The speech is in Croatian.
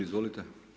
Izvolite.